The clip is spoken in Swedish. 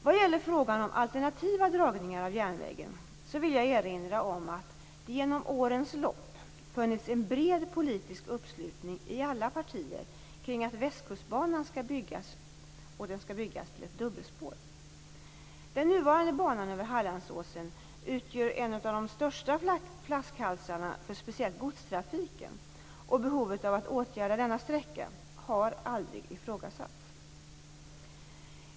Vad gäller frågan om alternativa dragningar av järnvägen vill jag erinra om att det genom årens lopp funnits en bred politisk uppslutning i alla partier kring att Västkustbanan skall byggas ut till dubbelspår. Den nuvarande banan över Hallandåsen utgör en av de största "flaskhalsarna" för speciellt godstrafiken, och behovet av att åtgärda denna sträcka har aldrig ifrågasatts.